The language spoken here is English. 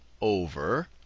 over